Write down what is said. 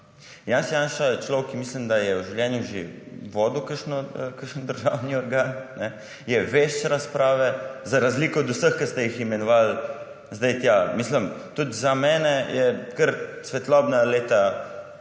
Janez Janša je človek, ki mislim, da je v življenju že vodil kakšen državni organ, je vešč razprave, za razliko od vseh, ki ste jih imenovali zdaj tja. Tudi za mene so kar svetlobna leta